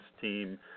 team